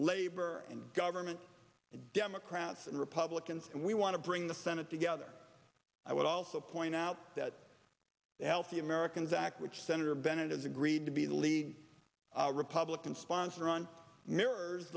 labor in government democrats and republicans and we want to bring the senate together i would also point out that the healthy americans act which senator bennett has agreed to be the lead republican sponsor on mirrors